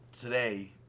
today